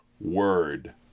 word